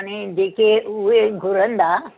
हाणे जेके उहे घुरंदा